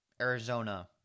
Arizona